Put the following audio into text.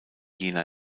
jener